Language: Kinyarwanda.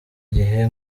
gihe